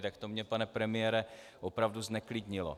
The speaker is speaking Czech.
Tak to mě, pane premiére, opravdu zneklidnilo.